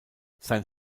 sein